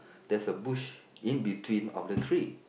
there's a bush in between of the tree